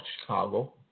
Chicago